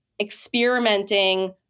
experimenting